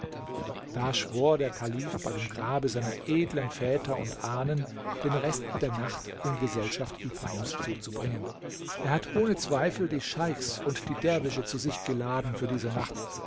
da schwor der kalif bei dem grabe seiner edlen väter und ahnen den rest der nacht in gesellschaft ibrahims zuzubringen er hat ohne zweifel die scheichs und die derwische zu sich geladen für diese nacht